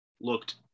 looked